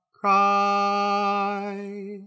cry